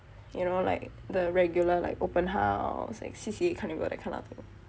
you know like the regular like open house like C_C_A carnival that kind of thing